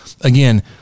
again